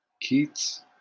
Keats